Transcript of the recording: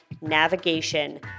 navigation